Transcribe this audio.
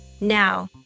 Now